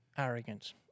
Arrogant